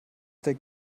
der